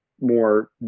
more